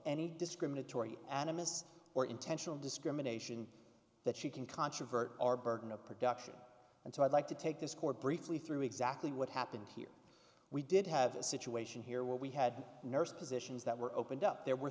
any discriminatory animus or intentional discrimination that she can controvert our burden of production and so i'd like to take this court briefly through exactly what happened here we did have a situation here where we had nursed positions that were opened up there were